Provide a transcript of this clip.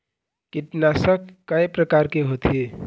कीटनाशक कय प्रकार के होथे?